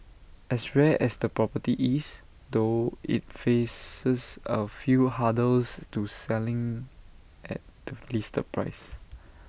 as rare as the property is though IT faces A few hurdles to selling at the listed price